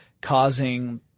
causing